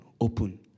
open